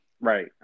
Right